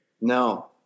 No